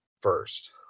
first